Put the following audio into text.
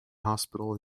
hospital